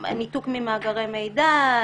ניתוק ממאגרי מידע,